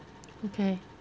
okay